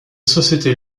société